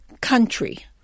country